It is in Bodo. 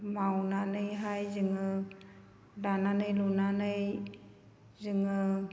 मावनानैहाय जोङो दानानै लुनानै जोङो